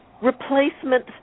replacement